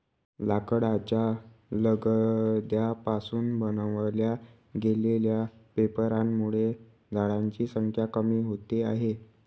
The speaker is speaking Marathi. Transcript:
लाकडाच्या लगद्या पासून बनवल्या गेलेल्या पेपरांमुळे झाडांची संख्या कमी होते आहे